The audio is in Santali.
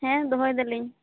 ᱦᱮᱸ ᱫᱚᱦᱚᱭᱮᱫᱟᱞᱤᱧ